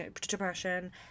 depression